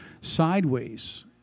sideways